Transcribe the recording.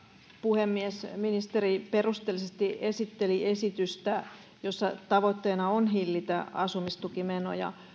puhemies ministeri perusteellisesti esitteli esitystä jossa tavoitteena on hillitä asumistukimenoja